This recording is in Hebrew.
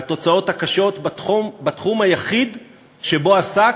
והתוצאות הקשות בתחום היחיד שבו עסק,